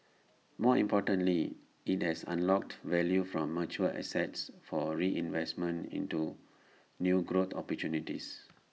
more importantly IT has unlocked value from mature assets for reinvestment into new growth opportunities